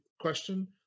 question